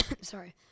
Sorry